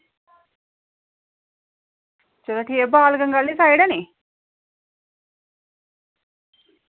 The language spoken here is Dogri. ते चलो ठीक ऐ बाण गंगा आह्ली साईड ऐ नी